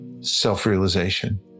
self-realization